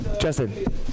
Justin